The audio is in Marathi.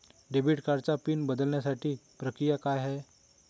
डेबिट कार्डचा पिन नंबर बदलण्यासाठीची प्रक्रिया काय आहे?